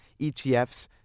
ETFs